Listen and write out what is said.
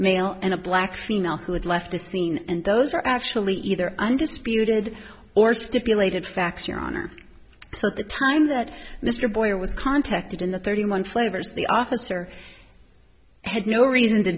male and a black female who had left the scene and those are actually either undisputed or stipulated facts your honor so at the time that mr boyer was contacted in the thirty one flavors the officer had no reason to